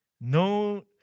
No